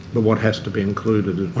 but what has to be included,